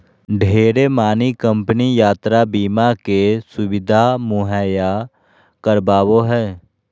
ढेरे मानी कम्पनी यात्रा बीमा के सुविधा मुहैया करावो हय